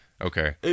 Okay